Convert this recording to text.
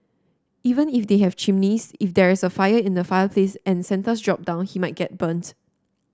even if they have chimneys if there is a fire in the fireplace and Santa's drop down he might get burnt